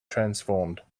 transformed